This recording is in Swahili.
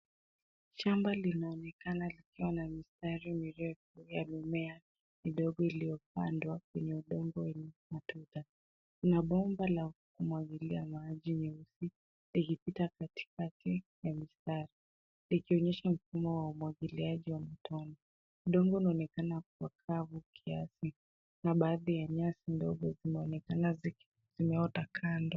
Shamba linaonekana likiwa na mistari mirefu ya mimea midogo iliyopandwa kwenye udongo wenye matuta. Kuna bomba la kumwagilia maji, nyeusi, likipita katikati ya mistari likionyesha mfumo wa umwagiliaji wa matone. Udongo unaonekana kuwa kavu kiasi na baadhi ya nyasi ndogo zinaonekana zimeota kando.